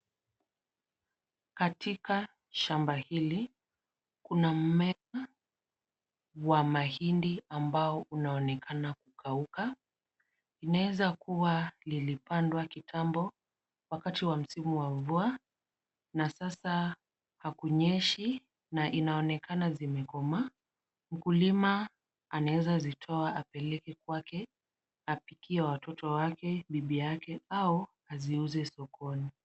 Katika shamba hili kuna mmea wa mahindi ambao unaonekana kukauka. Inaeza kuwa lilipandwa kitambo wakati wa msimu wa mvua na sasa hakunyeshi na inaonekana zimekomaa. Mkulima anaeza zitoa apeleke kwake apikie watoto wake, bibi yake au aziuze sokoni.